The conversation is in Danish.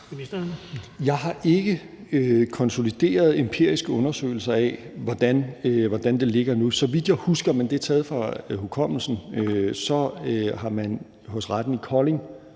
Jeg har ikke konsoliderede empiriske undersøgelser af, hvordan det ligger nu. Så vidt jeg husker, men det er efter hukommelsen, så har man hos retten i Kolding